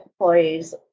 employees